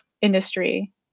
industry